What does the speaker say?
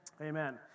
Amen